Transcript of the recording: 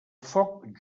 foc